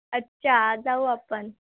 अच्छा जाऊ आपण